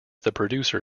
producer